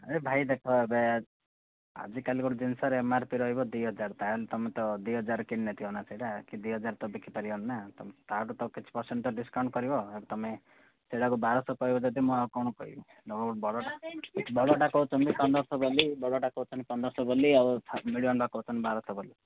ଆରେ ଭାଇ ଦେଖ ଏବେ ଆଜିକାଲି ଗୋଟେ ଜିନିଷରେ ଏମ୍ ଆର୍ ପି ରହିବ ଦୁଇ ହଜାର ତା'ହେଲେ ତମେ ତ ଦୁଇ ହଜାରରେ କିଣି ନଥିବନା ସେଇଟା କି ଦୁଇ ହଜାର ତ ବିକି ପାରିବନିନା ତାଠୁ ତ କିଛି ପରସେଣ୍ଟ ତ ଡିସ୍କାଉଣ୍ଟ କରିବ ତମେ ସେଇଟାକୁ ବାରଶହ କହିବ ଯଦି ମୁଁ ଆଉ କ'ଣ କହିବି ବଡ଼ଟା କହୁଛନ୍ତି ପନ୍ଦରଶହ ବୋଲି ବଡ଼ଟା କହୁଛନ୍ତି ପନ୍ଦରଶହ ବୋଲି ଆଉ ମିଡ଼ିୟମଟା କହୁଛନ୍ତି ବାରଶହ ବୋଲି